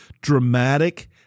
dramatic